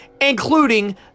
including